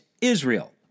Israel